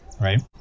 Right